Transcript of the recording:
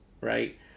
right